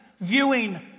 viewing